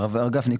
הרב גפני.